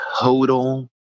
total